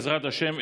ובעזרת השם,